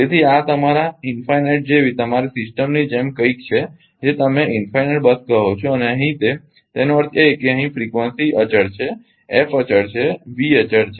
તેથી આ તમારા અનંત જેવી તમારી સિસ્ટમની જેમ કંઈક છે જે તમે અનંત બસ કહો છો અને અહીં તે તેનો અર્થ એ કે અહીં ફ્રિકવન્સી અચળ છે એફ અચળ છે વી અચળ છે